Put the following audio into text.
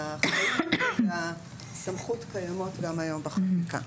אבל אחריות והסמכות קיימות גם היום בחקיקה.